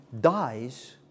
dies